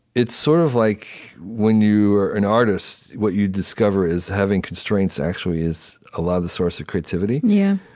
it's sort of like when you are an artist, what you discover is, having constraints actually is a lot of the source of creativity, yeah